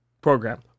Program